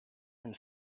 and